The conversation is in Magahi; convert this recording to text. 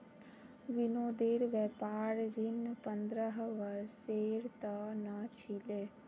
विनोदेर व्यापार ऋण पंद्रह वर्षेर त न छिले